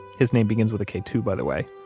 his name begins with a k too, by the way.